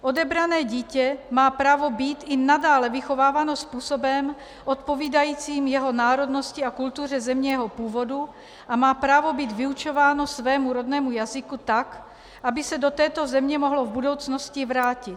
Odebrané dítě má právo být i nadále vychováváno způsobem odpovídajícím jeho národnosti a kultuře země jeho původu a má právo být vyučováno svému rodnému jazyku tak, aby se do této země mohlo v budoucnosti vrátit.